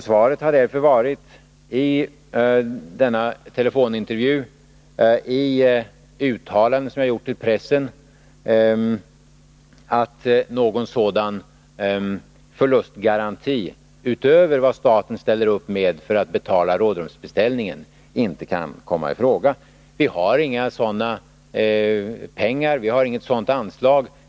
Svaret har därför i denna telefonintervju och i de uttalanden som jag har gjort i pressen varit att någon sådan förlustgaranti utöver vad staten ställer upp med för att betala rådrumsbeställningen inte kan komma i fråga. Vi har inga sådana pengar, vi har inte något sådant anslag.